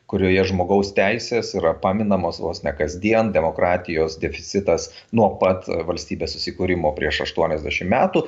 kurioje žmogaus teisės yra paminamos vos ne kasdien demokratijos deficitas nuo pat valstybės susikūrimo prieš aštuoniasdešim metų